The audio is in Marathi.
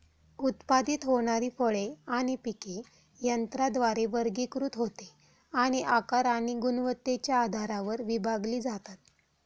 उत्पादित होणारी फळे आणि पिके यंत्राद्वारे वर्गीकृत होते आणि आकार आणि गुणवत्तेच्या आधारावर विभागली जातात